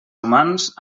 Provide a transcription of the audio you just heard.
humans